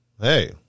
hey